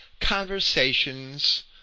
conversations